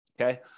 okay